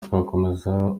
twakomeza